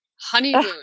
honeymoon